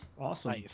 Awesome